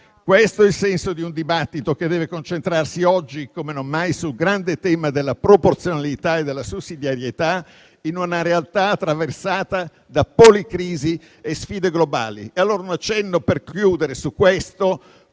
Questo è il senso di un dibattito che deve concentrarsi, oggi come non mai, sul grande tema della proporzionalità e della sussidiarietà, in una realtà attraversata da policrisi e sfide globali. Vorrei fare allora un accenno su questo